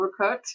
overcooked